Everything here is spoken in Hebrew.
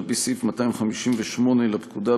על-פי סעיף 258 לפקודה,